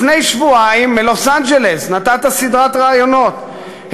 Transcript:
לפני שבועיים נתת בלוס-אנג'לס סדרת ראיונות.